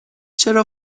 چرا